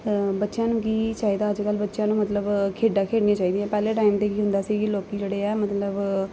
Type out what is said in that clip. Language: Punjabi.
ਬੱਚਿਆਂ ਨੂੰ ਕੀ ਚਾਹੀਦਾ ਅੱਜ ਕੱਲ੍ਹ ਬੱਚਿਆਂ ਨੂੰ ਮਤਲਬ ਖੇਡਾਂ ਖੇਡਣੀਆਂ ਚਾਹੀਦੀਆਂ ਪਹਿਲੇ ਟਾਈਮ 'ਤੇ ਕੀ ਹੁੰਦਾ ਸੀ ਕਿ ਲੋਕ ਜਿਹੜੇ ਹੈ ਮਤਲਬ